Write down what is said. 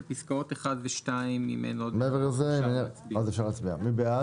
בעד פסקאות (1) ו-(2), מי נגד?